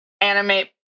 animate